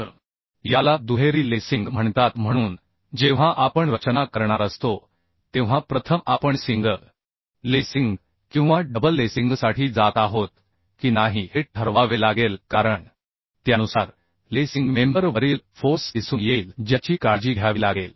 तर याला दुहेरी लेसिंग म्हणतात म्हणून जेव्हा आपण रचना करणार असतो तेव्हा प्रथम आपण सिंगल लेसिंग किंवा डबल लेसिंगसाठी जात आहोत की नाही हे ठरवावे लागेल कारण त्यानुसार लेसिंग मेंबर वरील फोर्स दिसून येईल ज्याची काळजी घ्यावी लागेल